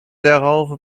derhalve